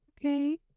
Okay